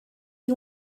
you